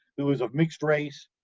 who was of mixed race,